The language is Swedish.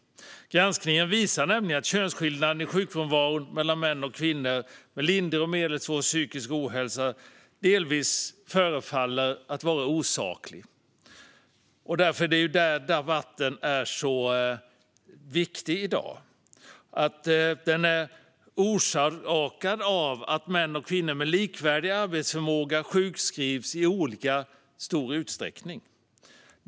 Granskningen visar nämligen att könsskillnaderna i sjukfrånvaro mellan män och kvinnor med lindrig eller medelsvår psykisk ohälsa delvis förefaller vara osakliga. Därför är debatten i dag viktig. Skillnaderna orsakas av att män och kvinnor med likvärdig arbetsförmåga sjukskrivs i olika stor utsträckning.